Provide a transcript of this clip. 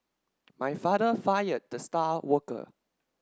my father fired the star worker